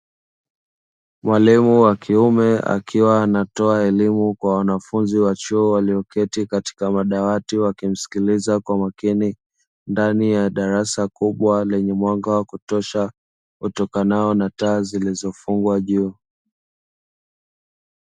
Mwalimu wa kiume akiwa anatoa elimu kwa wanafunzi wa chuo walioketi katika madawati wakimsikiliza kwa makini, ndani ya darasa kubwa lenye mwanga wa kuosha, utokanao na taa zilizofungwa juu.